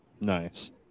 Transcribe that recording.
Nice